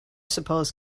suppose